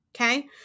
Okay